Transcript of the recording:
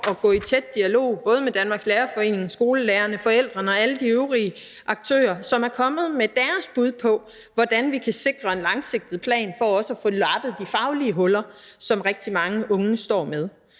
at gå i tæt dialog både med Danmarks Lærerforening, skolelærerne, forældrene og alle de øvrige aktører, som er kommet med deres bud på, hvordan vi kan sikre en langsigtet plan for også at få lappet de faglige huller, som rigtig mange unge står med.